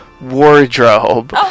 wardrobe